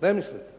Ne mislite.